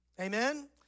Amen